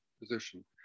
position